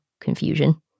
confusion